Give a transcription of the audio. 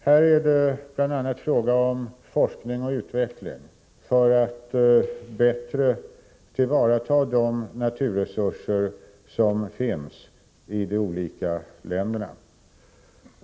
Här är det bl.a. fråga om forskning och utveckling för att bättre tillvarata de naturresurser som finns i de olika länderna.